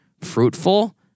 fruitful